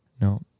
No